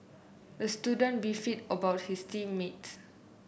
the student beefed about his team mates